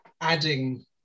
adding